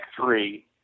three